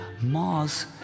Mars